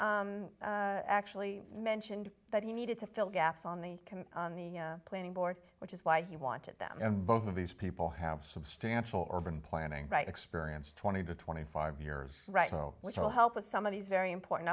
charles actually mentioned that he needed to fill gaps on the planning board which is why he wanted them both of these people have substantial urban planning right experience twenty to twenty five years right now which will help with some of these very important